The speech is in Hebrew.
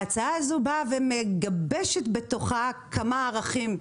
ההצעה הזו באה ומגבשת בתוכה כמה ערכים.